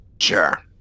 Sure